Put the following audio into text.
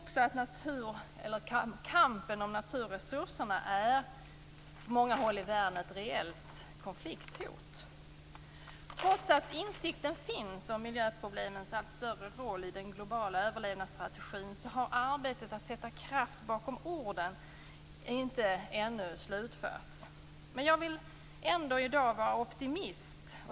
Kampen om naturresurserna är också på många håll i världen ett reellt konflikthot. Trots att insikten finns om miljöproblemens allt större roll i den globala överlevnadsstrategin har arbetet med att sätta kraft bakom orden ännu inte slutförts. Jag vill ändå vara optimist i dag.